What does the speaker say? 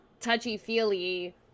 touchy-feely